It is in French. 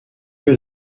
que